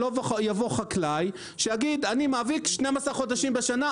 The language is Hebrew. שלא יבוא חקלאי שיגיד אני מאביק 12 חודשים בשנה,